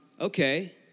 Okay